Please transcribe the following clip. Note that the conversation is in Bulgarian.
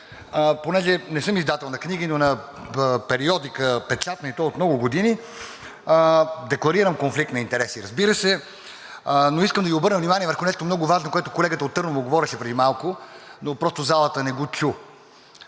Понеже не съм издател на книги, но на печатна периодика, и то от много години, декларирам конфликт на интереси, разбира се, но искам да Ви обърна внимание върху нещо много важно, което колегата от Търново говореше преди малко, но просто залата не го чу.